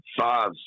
five